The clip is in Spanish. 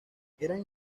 eran